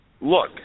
look